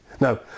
now